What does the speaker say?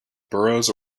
boroughs